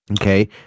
okay